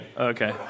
okay